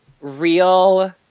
real